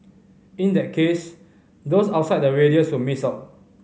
in that case those outside the radius would miss out